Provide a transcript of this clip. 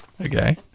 Okay